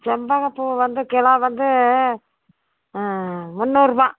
செண்பகப்பூ வந்து கிலோ வந்து ஆ முன்னூறுரூபா